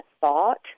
thought